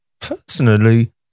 personally